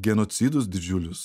genocidus didžiulius